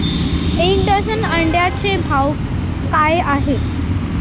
एक डझन अंड्यांचा भाव काय आहे?